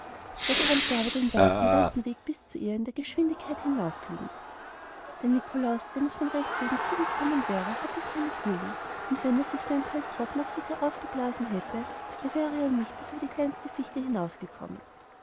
wer konnte aber den weiten weiten weg bis zu ihr in der geschwindigkeit hinauffliegen der nikolaus dem es von rechts wegen zugekommen wäre hatte keine flügel und wenn er sich in seinem pelzrock auch noch so sehr aufgeblasen hätte er wäre ja noch nicht bis über die kleinste fichte hinausgekommen